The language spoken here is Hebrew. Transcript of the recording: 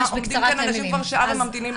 עומדים אנשים שעה וממתינים לזכות הדיבור.